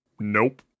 Nope